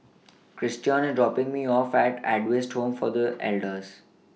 Christion IS dropping Me off At Adventist Home For The Elders